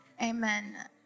Amen